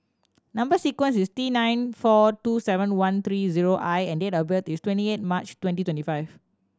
number sequence is T nine four two seven one three zero I and date of birth is twenty eight March twenty twenty five